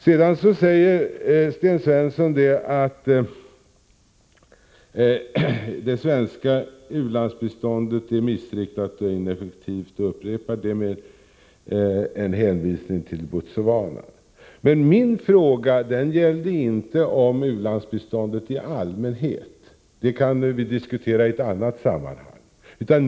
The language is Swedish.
Sedan säger Sten Svensson att det svenska u-landsbiståndet är missriktat och ineffektivt, och han hänvisar till Botswana. Men min fråga gällde inte u-landsbiståndet i allmänhet — det kan vi diskutera i ett annat sammanhang.